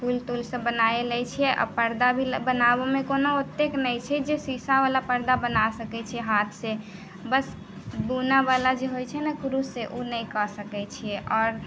फूल तूल सभ बनाइए लैत छियै आओर पर्दा भी बनाबयमे कोनो ओतेक नहि छै जे शीशावला पर्दा बना सकैत छियै हाथसँ बस बुनयवला जे होइत छै ने क्रूससँ ओ नहि कऽ सकैत छियै आओर